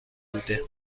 بوده